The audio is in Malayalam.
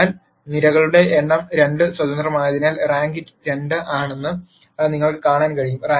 അതിനാൽ നിരകളുടെ എണ്ണം 2 സ്വതന്ത്രമായതിനാൽ റാങ്ക് 2 ആണെന്ന് നിങ്ങൾക്ക് കാണാൻ കഴിയും